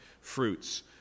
fruits